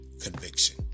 conviction